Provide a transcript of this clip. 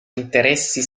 interessi